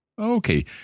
Okay